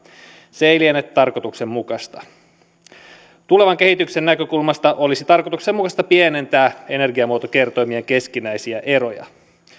se ei liene tarkoituksenmukaista tulevan kehityksen näkökulmasta olisi tarkoituksenmukaista pienentää energiamuotokertoimien keskinäisiä eroja